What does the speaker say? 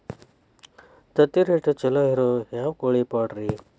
ತತ್ತಿರೇಟ್ ಛಲೋ ಇರೋ ಯಾವ್ ಕೋಳಿ ಪಾಡ್ರೇ?